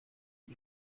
die